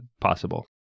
possible